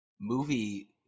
movie